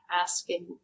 asking